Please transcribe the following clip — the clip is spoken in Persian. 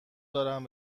دارم